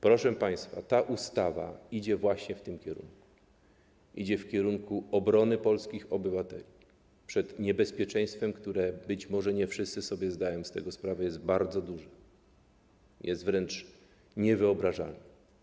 Proszę państwa, ta ustawa idzie właśnie w tym kierunku, idzie w kierunku obrony polskich obywateli przed niebezpieczeństwem, które - być może nie wszyscy sobie zdają z tego sprawę - jest bardzo duże, jest wręcz niewyobrażalne.